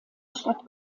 stadt